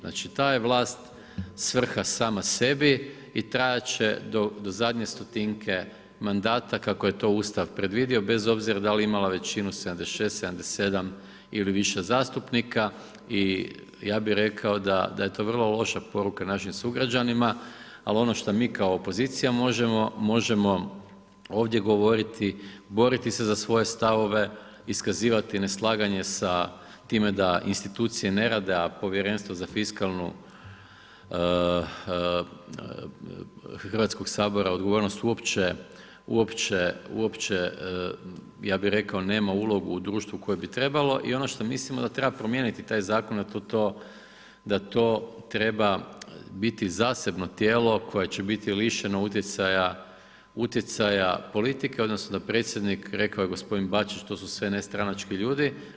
Znači, ta je vlast svrha sama sebi i trajati će do zadnje stotinke mandata, kako je to Ustav predvidio bez obzira da li imala većinu 76, 77 ili više zastupnika i ja bih rekao da je to vrlo loša poruka našim sugrađanima, ali ono što mi kao opozicija možemo, možemo ovdje govoriti, boriti se za svoje stavove, iskazivati neslaganje sa time da institucije ne rade, a Povjerenstvo za fiskalnu Hrvatskog sabora odgovornost uopće, ja bih rekao, nema ulogu u društvu koje bi trebalo i ono što mislimo da treba promijeniti taj Zakon, da to treba biti zasebno tijelo koje će biti lišeno utjecaja politike, odnosno da predsjednik, rekao je gospodin Bačić, to sve nestranački ljudi.